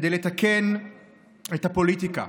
כדי לתקן את הפוליטיקה,